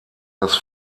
das